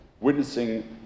witnessing